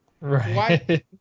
Right